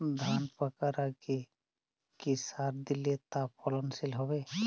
ধান পাকার আগে কি সার দিলে তা ফলনশীল হবে?